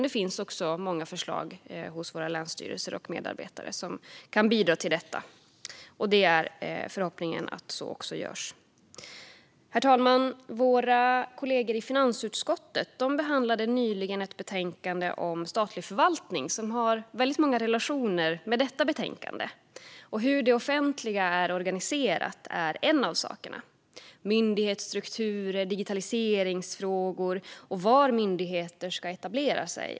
Det finns även många förslag hos länsstyrelserna och deras medarbetare som kan bidra till detta. Det är förhoppningen att så också görs. Herr talman! Våra kollegor i finansutskottet behandlade nyligen ett betänkande om statlig förvaltning, som har väldigt många relationer med detta betänkande. Hur det offentliga är organiserat är en av sakerna som behandlas. Det handlar till exempel om myndighetsstrukturer, digitaliseringsfrågor och var myndigheter ska etablera sig.